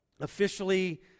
officially